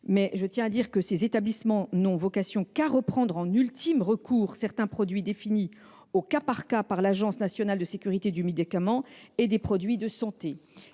satisfaisantes. Reste que ces établissements n’ont vocation qu’à reprendre en ultime recours certains produits définis au cas par cas par l’Agence nationale de sécurité du médicament et des produits de santé.